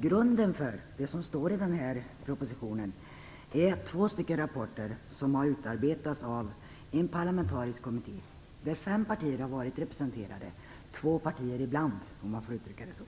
Grunden för det som står i propositionen är två rapporter som har utarbetats av en parlamentarisk kommitté där fem partier har varit representerade, varav två partier har varit representerade ibland - om jag får uttrycka det så.